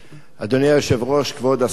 אדוני היושב-ראש, כבוד השר,